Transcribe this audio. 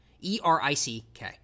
E-R-I-C-K